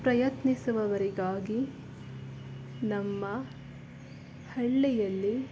ಪ್ರಯತ್ನಿಸುವವರಿಗಾಗಿ ನಮ್ಮ ಹಳ್ಳಿಯಲ್ಲಿ